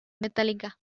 metallica